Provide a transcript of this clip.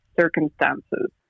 circumstances